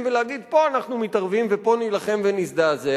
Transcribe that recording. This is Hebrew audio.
ולהגיד: פה אנחנו מתערבים ופה נילחם ונזדעזע,